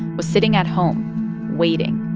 was sitting at home waiting.